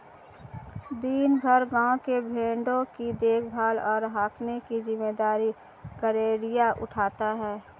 दिन भर गाँव के भेंड़ों की देखभाल और हाँकने की जिम्मेदारी गरेड़िया उठाता है